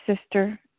sister